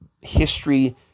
history